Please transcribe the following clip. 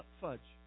fudge